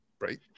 Right